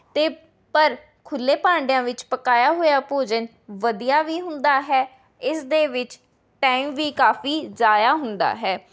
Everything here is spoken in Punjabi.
ਅਤੇ ਪਰ ਖੁੱਲ੍ਹੇ ਭਾਂਡਿਆਂ ਵਿੱਚ ਪਕਾਇਆ ਹੋਇਆ ਭੋਜਨ ਵਧੀਆ ਵੀ ਹੁੰਦਾ ਹੈ ਇਸਦੇ ਵਿੱਚ ਟਾਇਮ ਵੀ ਕਾਫ਼ੀ ਜ਼ਾਇਆ ਹੁੰਦਾ ਹੈ